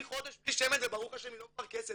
היא חודש בלי שמן וברוך השם היא לא מפרכסת.